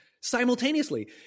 simultaneously